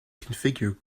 configure